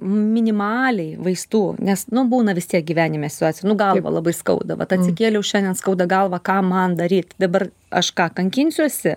minimaliai vaistų nes nu būna visi gyvenime situacija nu galvą labai skauda vat atsikėliau šiandien skauda galvą ką man daryt dabar aš ką kankinsiuosi